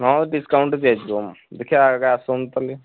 ହଁ ଡିସକାଉଣ୍ଟ୍ ଦିଆଯିବ ଦେଖିବା ଆଗେ ଆସନ୍ତୁ ତାହାଲେ